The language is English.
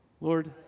Lord